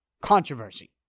controversy